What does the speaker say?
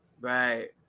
right